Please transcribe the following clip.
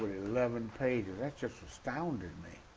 eleven pages just astounded me.